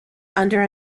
under